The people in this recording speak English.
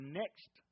next